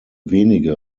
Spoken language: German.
wenige